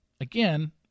again